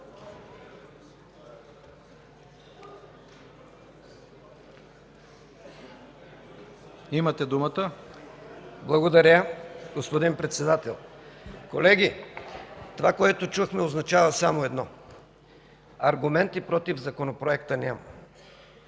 МЕСТАН (ДПС): Благодаря, господин Председател. Колеги, това което чухме означава само едно – аргументи против законопроекта няма.